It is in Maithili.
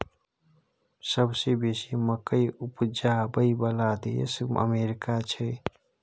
सबसे बेसी मकइ उपजाबइ बला देश अमेरिका छै